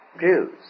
Jews